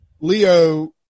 Leo